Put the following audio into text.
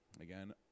again